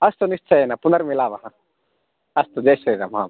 अस्तु निश्चयेन पुनर्मिलामः अस्तु जै श्रीराम् आम्